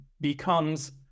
becomes